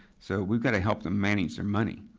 so we've gotta help them manage their money.